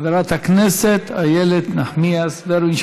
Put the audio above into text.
חברת הכנסת איילת נחמיאס ורבין,